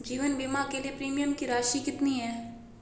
जीवन बीमा के लिए प्रीमियम की राशि कितनी है?